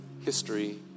history